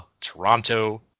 Toronto